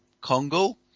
Congo